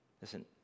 Listen